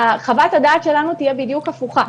חוות הדעת שלנו תהיה בדיוק הפוכה.